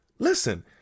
Listen